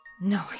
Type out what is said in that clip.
No